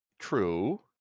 True